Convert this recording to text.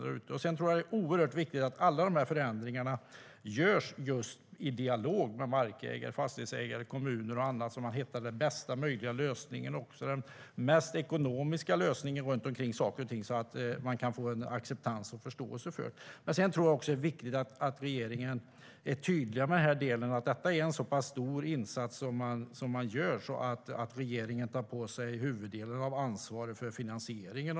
Jag tror också att det är oerhört viktigt att alla de här förändringarna görs i dialog med markägare, fastighetsägare, kommuner och andra så att man hittar den bästa och mest ekonomiska lösningen och på så sätt kan få en acceptans och förståelse. Sedan tror jag också att det är viktigt att regeringen är tydlig med att detta är en så stor insats att regeringen tar på sig huvuddelen av ansvaret för finansieringen.